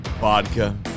vodka